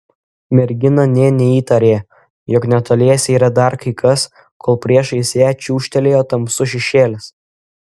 mergina nė neįtarė jog netoliese yra dar kai kas kol priešais ją čiūžtelėjo tamsus šešėlis